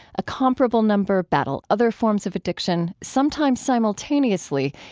a comparable number battle other forms of addiction, sometimes simultaneously,